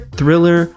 thriller